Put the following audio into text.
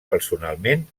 personalment